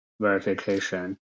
verification